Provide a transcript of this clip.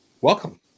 welcome